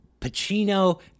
Pacino